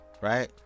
Right